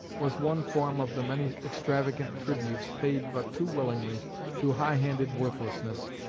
was one form of the many extravagant tributes paid but too willingly to high-handed worthlessness,